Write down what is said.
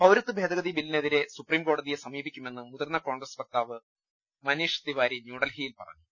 പൌരത്വ ഭേദഗതി ബില്ലിനെതിരെ സുപ്രീംകോടതിയെ സമീപി ക്കുമെന്ന് മുതിർന്ന കോൺഗ്രസ് വക്താവ് മനീഷ് തിവാരി ന്യൂഡൽഹിയിൽ പറഞ്ഞു